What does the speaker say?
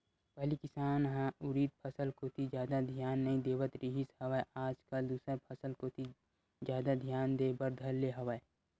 पहिली किसान ह उरिद फसल कोती जादा धियान नइ देवत रिहिस हवय आज कल दूसर फसल कोती जादा धियान देय बर धर ले हवय